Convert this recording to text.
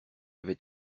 avait